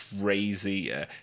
crazy